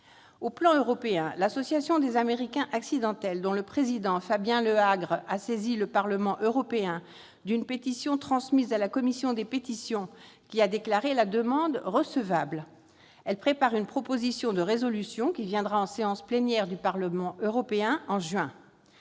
le président de l'Association des « Américains accidentels », Fabien Lehagre, a saisi le Parlement européen d'une pétition transmise à la commission des pétitions, qui a déclaré la demande recevable. Elle prépare une proposition de résolution, qui sera examinée en séance plénière du Parlement européen en juin.